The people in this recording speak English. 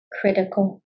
critical